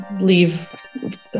leave